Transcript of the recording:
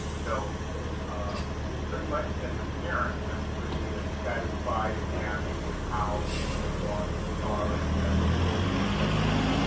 so pretty much as a parent i'm pretty satisfied and happy with how things have gone so far and i look forward to a second year.